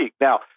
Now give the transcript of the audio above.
Now